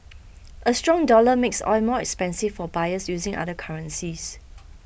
a strong dollar makes oil more expensive for buyers using other currencies